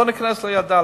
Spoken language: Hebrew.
בואו ניכנס לילדה,